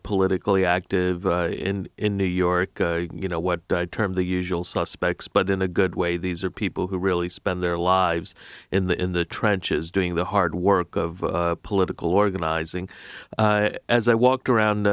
politically active in in new york you know what i term the usual suspects but in a good way these are people who really spend their lives in the in the trenches doing the hard work of political organizing as i walked around